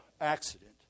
accident